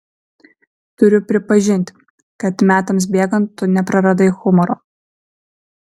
turiu pripažinti kad metams bėgant tu nepraradai humoro